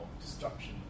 destruction